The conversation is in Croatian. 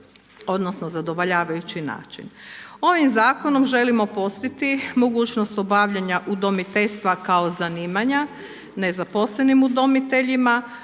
odnosno zadovoljavajući način. Ovim Zakonom želimo postići mogućnost obavljanja udomiteljstva kao zanimanja nezaposlenim udomiteljima,